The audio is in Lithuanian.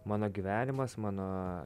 mano gyvenimas mano